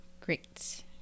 Great